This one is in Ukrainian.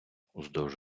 уздовж